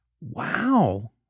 wow